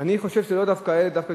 אני חושב שזה לאו דווקא היה ז'בוטינסקי,